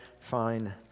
fine